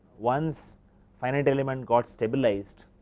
once finite element got stabilized.